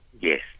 Yes